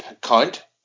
count